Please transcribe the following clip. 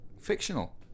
fictional